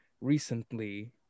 recently